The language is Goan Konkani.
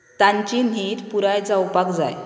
तांची न्हीद पुराय जावपाक जाय